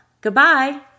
Goodbye